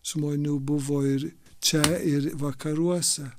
žmonių buvo ir čia ir vakaruose